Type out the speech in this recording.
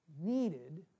needed